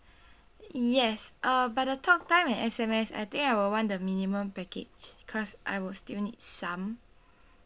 yes uh but the talk time and S_M_S I think I will want the minimum package because I will still need some